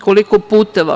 Koliko puteva?